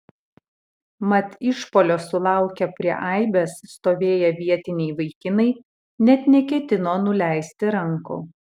mat išpuolio sulaukę prie aibės stovėję vietiniai vaikinai net neketino nuleisti rankų